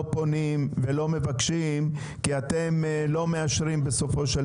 פונים ולא מבקשים כי אתם לא מאשרים בסופו של דבר.